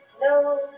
no